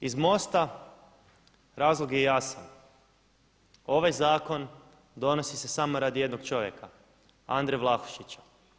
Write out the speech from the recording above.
Iz MOST-a razlog je jasan, ovaj zakon donosi se samo radi jednog čovjeka Andre Vlahušića.